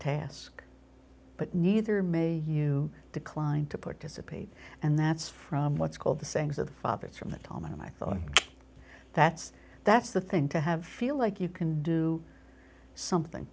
task but neither may you decline to participate and that's from what's called the sayings of fathers from the tom and i thought that's that's the thing to have feel like you can do something